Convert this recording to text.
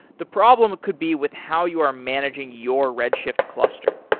the problem could be with how you are managing your redshift cluster.